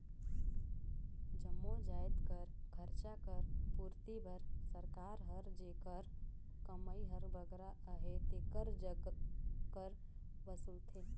जम्मो जाएत कर खरचा कर पूरती बर सरकार हर जेकर कमई हर बगरा अहे तेकर जग कर वसूलथे